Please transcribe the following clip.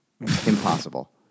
impossible